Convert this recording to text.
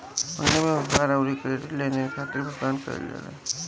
हुंडी से व्यापार अउरी क्रेडिट लेनदेन खातिर भुगतान कईल जाला